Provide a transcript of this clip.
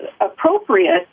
appropriate